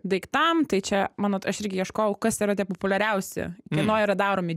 daiktam tai čia manot aš irgi ieškojau kas yra tie populiariausi kieno yra daromi